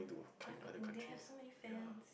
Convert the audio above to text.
ya they have so many fan